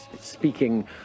speaking